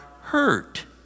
hurt